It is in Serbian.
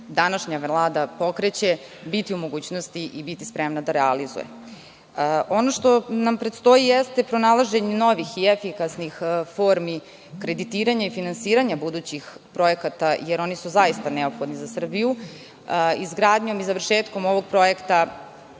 današnja Vlada pokreće biti u mogućnosti i spremne da realizuju. Ono što nam predstoji jeste pronalaženje novih i efikasnih formi, kreditiranje finansiranja budućih projekata jer oni su zaista neophodni za Srbiju. Izgradnjom i završetkom ovog projekta